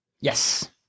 Yes